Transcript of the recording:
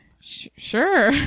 sure